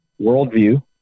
worldview